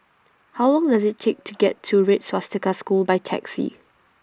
How Long Does IT Take to get to Red Swastika School By Taxi